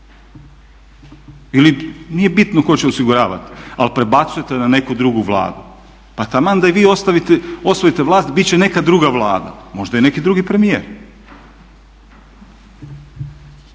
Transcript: Ili nije bitno tko će osiguravat ali prebacujete na neku drugu Vladu. Pa taman da i vi osvojite vlast bit će neka druga Vlada, možda i neki drugi premijer.